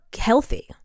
healthy